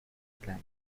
klein